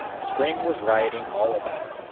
spring was rioting all about.